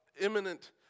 imminent